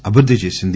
అభివృద్ది చేసింది